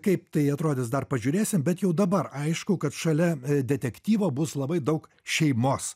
kaip tai atrodys dar pažiūrėsim bet jau dabar aišku kad šalia detektyvo bus labai daug šeimos